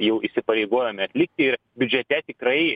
jau įsipareigojome atlikti ir biudžete tikrai